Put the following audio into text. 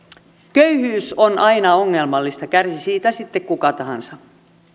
köyhyys on aina ongelmallista kärsi siitä sitten kuka tahansa